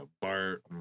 Bart